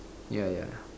yeah yeah